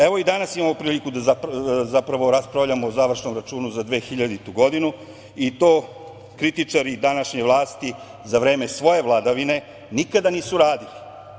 Evo i danas imamo priliku da zapravo raspravljamo o završnom računu za 2000. godinu i to kritičari današnje vlasti za vreme svoje vladavine nikada nisu radili.